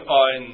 on